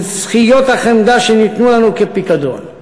מול שכיות החמדה שנתנו לנו כפיקדון.